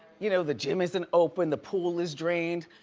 you know, the gym isn't open, the pool is drained,